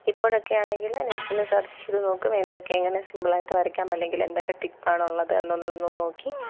ഇപ്പോഴൊക്കെയാണെങ്കിൽ നെറ്റിൽ സെർച്ച് ചെയ്തു നോക്കും എന്തൊക്കെ എങ്ങനെ സിംപിൾ ആയിട്ട് വരയ്ക്കാം അല്ലെങ്കിൽ എന്തൊക്കെ ട്ടിപ്പ് ആണ് ഉള്ളത് എന്നുള്ളത് നോക്കി